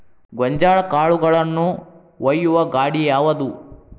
ಗೋಂಜಾಳ ಕಾಳುಗಳನ್ನು ಒಯ್ಯುವ ಗಾಡಿ ಯಾವದು?